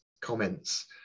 comments